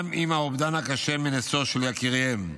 גם עם האובדן הקשה מנשוא של יקיריהם,